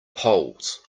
poles